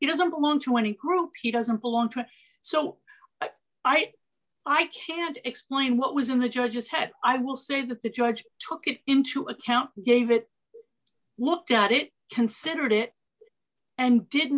he doesn't belong to any group he doesn't belong to so i think i can't explain what was in the judge's head i will say that the judge took it into account gave it looked at it considered it and did